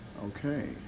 Okay